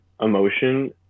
emotion